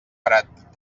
barat